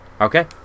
Okay